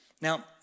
Now